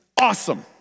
Awesome